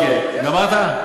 בסדר, גמרת?